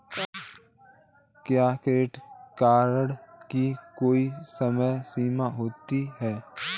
क्या credit card की कोई समय सीमा होती है?